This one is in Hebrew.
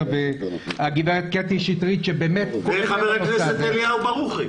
והגברת קטי שטרית --- וחבר הכנסת אליהו ברוכי.